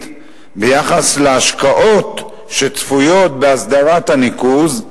ביחס להשקעות שצפויות בהסדרת הניקוז,